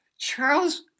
Charles